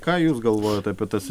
ką jūs galvojat apie tas